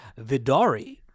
Vidari